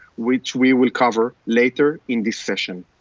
which we will cover later in this session.